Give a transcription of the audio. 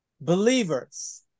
believers